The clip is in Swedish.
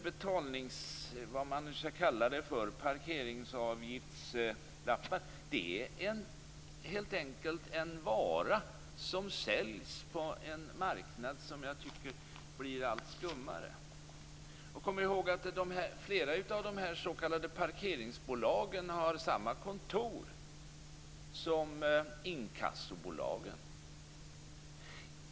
Böteslappar eller parkeringsavgiftslappar är helt enkelt varor som säljs på en marknad som jag tycker blir allt skummare. Kom ihåg att flera av de s.k. parkeringsbolagen har samma kontor som inkassobyråerna.